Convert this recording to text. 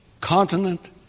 continent